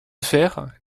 faire